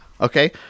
Okay